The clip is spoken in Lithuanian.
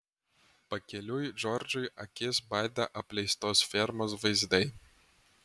pakeliui džordžui akis badė apleistos fermos vaizdai